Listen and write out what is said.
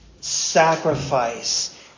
sacrifice